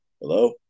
Hello